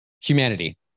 humanity